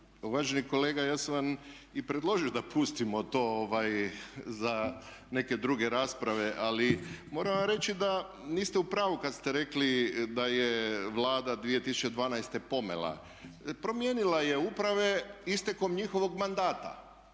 Uvaženi kolega ja sam vam i predložio da pustimo to za neke druge rasprave ali moram vam reći da niste u pravu kad ste rekli da je Vlada 2012. pomela. Promijenila je uprave istekom njihovog mandata.